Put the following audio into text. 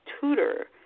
tutor